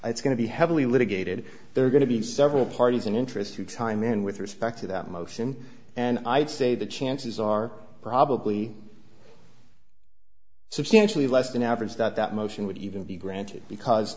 it's going to be heavily litigated there are going to be several parties an interesting time in with respect to that motion and i'd say the chances are probably substantially less than average that that motion would even be granted because